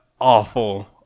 awful